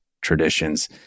traditions